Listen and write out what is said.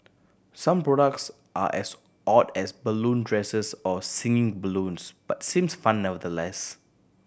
some products are as odd as balloon dresses or singing balloons but seems fun nevertheless